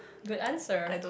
good answer